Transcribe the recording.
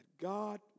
God